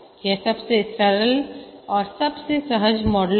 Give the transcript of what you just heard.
यह सबसे सरल और सबसे सहज मॉडल है